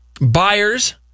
Buyers